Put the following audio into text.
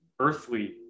earthly